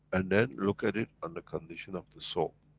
and then look at it on the condition of the soul.